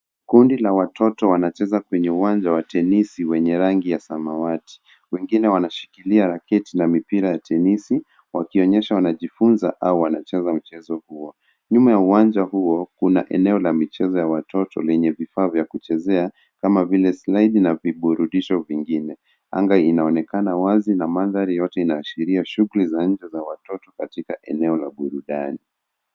Kundi la watoto wanacheza kwenye uwanja wa tenisi wenye rangi ya samawati. Wengine wanashikilia raketi na mipira ya tenisi wakionyesha wanajifunza au wanacheza mchezo huo. Nyuma ya uwanja huo kuna eneo la michezo la watoto lenye vifaa vya kuchezea kama vila slaidi na viburudisho vingine. Anga inaonekana wazi na mandhari yote inaashiria shughuli za nje za watoto katika eneo la burudani.